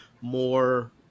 more